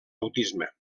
autisme